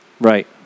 right